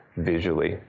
visually